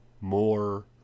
more